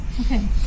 Okay